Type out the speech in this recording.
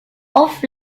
off